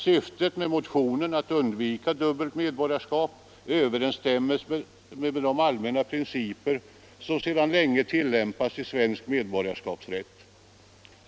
Syftet med motionen — att undvika dubbelt medborgarskap — överensstämmer med de allmänna principer som sedan länge tillämpats i svensk medborgarskapsrätt.